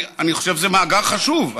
אני חושב שזה מאגר חשוב,